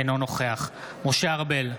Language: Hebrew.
אינו נוכח משה ארבל,